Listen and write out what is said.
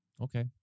Okay